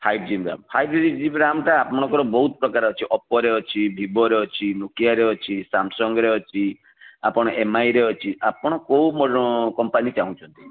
five GB RAM five GB ରେମ୍ଟା ଆପଣଙ୍କର ବହୁତ ପ୍ରକାର ଅଛି ଓପୋରେ ଅଛି ଭିବୋରେ ଅଛି ନୋକିଆରେ ଅଛି ସାମ୍ସଙ୍ଗରେ ଅଛି ଆପଣ ଏମ୍ଆଇରେ ଅଛି ଆପଣ କୋଉ କମ୍ପାନୀ ଚାହୁଁଛନ୍ତି